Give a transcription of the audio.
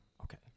Okay